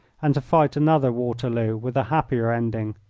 and to fight another waterloo with a happier ending.